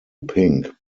pink